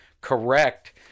correct